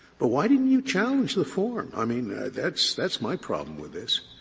but why didn't you challenge the form? i mean, that's that's my problem with this.